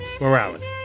Morality